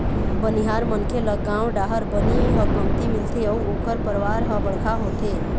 बनिहार मनखे ल गाँव डाहर बनी ह कमती मिलथे अउ ओखर परवार ह बड़का होथे